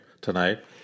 tonight